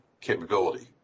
capability